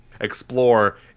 explore